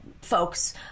folks